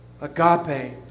agape